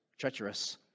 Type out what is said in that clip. treacherous